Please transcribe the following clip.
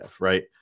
right